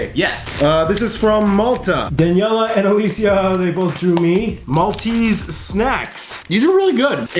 yes this is from malta. daniela and alicia. they both drew me maltese snacks. you do really good.